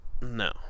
No